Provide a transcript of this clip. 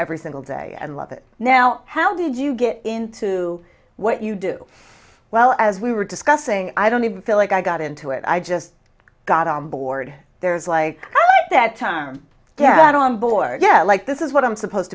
every single day and love it now how did you get into what you do well as we were discussing i don't even feel like i got into it i just got on board there's like that term dad on board yeah like this is what i'm supposed